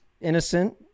innocent